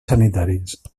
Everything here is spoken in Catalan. sanitaris